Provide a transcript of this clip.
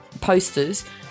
posters